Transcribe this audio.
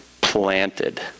planted